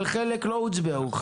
אבל חלק לא הוצבעו.